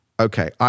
okay